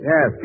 Yes